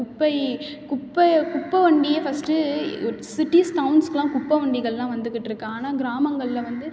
குப்பை குப்பையை குப்பை வண்டியே ஃபஸ்ட்டு சிட்டிஸ் டவுன்ஸுகுலாம் குப்பை வண்டிகளெலாம் வந்துக்கிட்டுருக்குது ஆனால் கிராமங்களில் வந்து